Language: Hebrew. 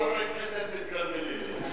חברי כנסת מתגלגלים.